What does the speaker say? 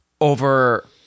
over